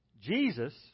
Jesus